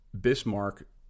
bismarck